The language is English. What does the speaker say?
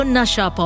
Nasha